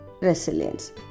resilience